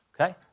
Okay